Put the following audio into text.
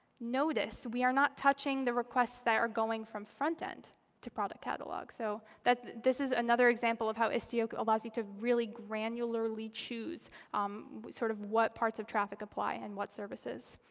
notice we are not touching the requests that are going from front end to product catalog. so this is another example of how istio allows you to really granularly choose um sort of what parts of traffic apply and what services.